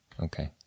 Okay